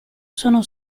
sono